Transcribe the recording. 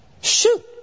shoot